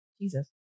Jesus